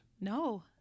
no